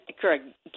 correct